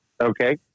Okay